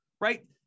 right